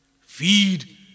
Feed